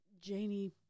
Janie